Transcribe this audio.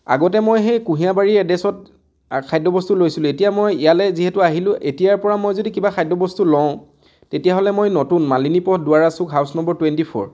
আগতে মই সেই কুঁহিয়াৰ বাৰী এড্ৰেছত খাদ্য বস্তু লৈছিলোঁ এতিয়া মই ইয়ালৈ যিহেতু আহিলোঁ এতিয়াৰ পৰা মই যদি কিবা খাদ্য বস্তু লওঁ তেতিয়াহ'লে মই নতুন মালিনী পথ দুৱাৰা চুক হাউছ নম্বৰ টুৱেণ্টি ফোৰ